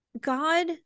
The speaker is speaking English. God